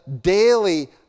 daily